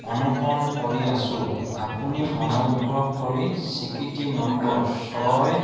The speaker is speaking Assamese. অনুসৰণ কৰি আছোঁ আপুনি অনুগ্ৰহ কৰি স্বীকৃতি নম্বৰ